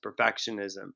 perfectionism